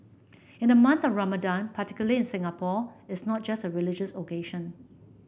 in the month of Ramadan particular in Singapore it's not just a religious occasion